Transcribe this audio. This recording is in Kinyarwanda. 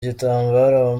igitambaro